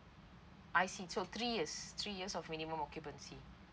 I see so three years three years of minimum occupancy